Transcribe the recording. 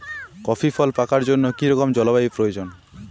Coffee ফল পাকার জন্য কী রকম জলবায়ু প্রয়োজন?